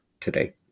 today